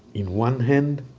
in one hand,